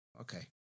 Okay